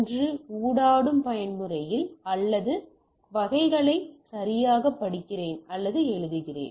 ஒன்று ஊடாடும் பயன்முறையில் அல்லது வகைகளை சரியாகப் படிக்கிறேன் அல்லது எழுதுகிறேன்